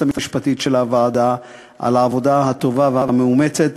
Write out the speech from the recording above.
המשפטית של הוועדה על העבודה הטובה והמאומצת,